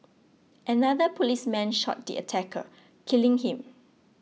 another policeman shot the attacker killing him